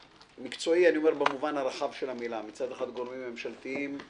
אני אומר במובן הרחב של המילה מצד אחד גורמים ממשלתיים,